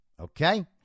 okay